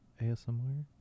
ASMR